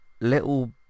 little